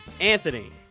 Anthony